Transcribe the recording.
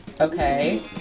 Okay